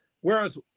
Whereas